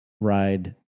ride